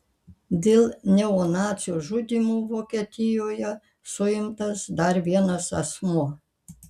dėl neonacių žudymų vokietijoje suimtas dar vienas asmuo